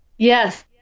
Yes